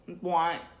want